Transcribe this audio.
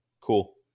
Cool